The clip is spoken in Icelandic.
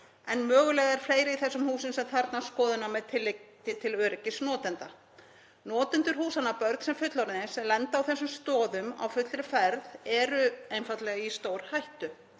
en mögulega er fleira í þessum húsum sem þarfnast skoðunar með tilliti til öryggis notenda. Notendur húsanna, börn sem fullorðnir, sem lenda á þessum stoðum á fullri ferð eru einfaldlega í stórhættu.